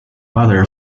mother